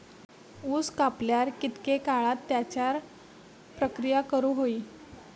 ऊस कापल्यार कितके काळात त्याच्यार प्रक्रिया करू होई?